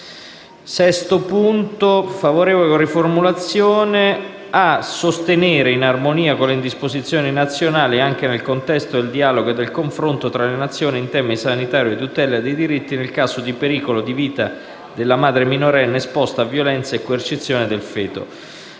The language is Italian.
alla professione medica; 6) a sostenere, in armonia con le disposizioni nazionali, anche nel contesto del dialogo e del confronto tra le nazioni in tema sanitario e di tutela dei diritti, nel caso di pericolo di vita della madre minorenne esposta a violenze e coercizioni e del feto,